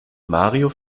mario